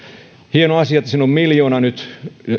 hieno asia että siihen on miljoona nyt